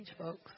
folks